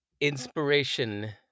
inspiration